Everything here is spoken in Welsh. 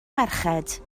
merched